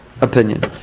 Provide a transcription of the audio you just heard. opinion